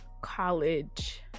college